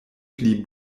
pli